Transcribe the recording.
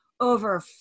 over